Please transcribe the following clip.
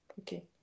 Okay